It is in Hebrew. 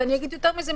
ויותר מזה,